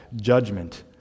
judgment